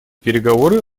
переговоры